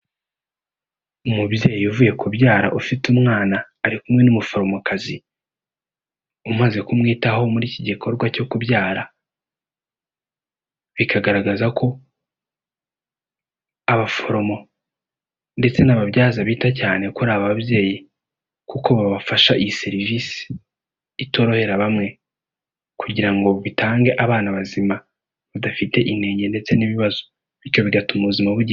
Umubyeyi uvuye kubyara ufite umwana ari kumwe n'umuforomokazi umaze kumwitaho muri iki gikorwa cyo kubyara. Bikagaragaza ko abaforomo ndetse n'ababyaza bita cyane ko ari ababyeyi kuko babafasha iyi serivisi itorohera bamwe, kugira ngo bitange abana bazima badafite inenge ndetse n'ibibazo bityo bigatuma ubuzima bugenda neza.